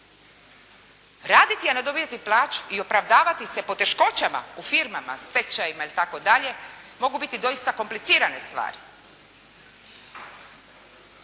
Raditi a ne dobivati plaću i opravdavati se poteškoćama u firmama, stečajevima itd. mogu biti doista komplicirane stvari.